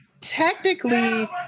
Technically